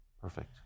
Perfect